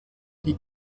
die